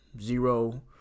zero